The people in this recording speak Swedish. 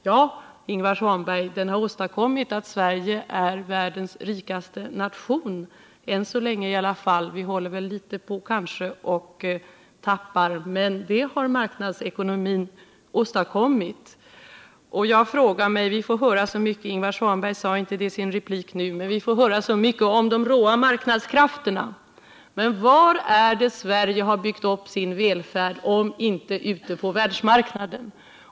Ja, Ingvar Svanberg, den har åstadkommit att Sverige är världens rikaste nation —än så länge i alla fall, men vi håller väl på att tappa den positionen nu. Detta har marknadsekonomin åstadkommit. Jag frågar mig — Ingvar Svanberg sade inte det i sin replik nu, men vi får höra så mycket om de råa marknadskrafterna — var Sverige har byggt upp sin välfärd, om inte ute på världsmarknaden.